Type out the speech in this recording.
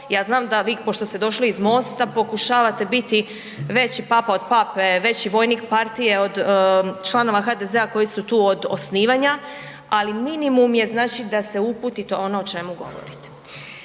ja znam da vi, pošto ste došli iz MOST-a pokušavate biti veći papa od pape, veći vojnik partije od članova HDZ-a koji su tu od osnivanja, ali minimum je, znači da se uputite u ono o čemu govorite.